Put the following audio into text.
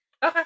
Okay